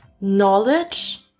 knowledge